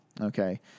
okay